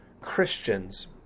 Christians